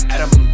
Adam